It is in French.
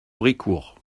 brécourt